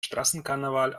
straßenkarneval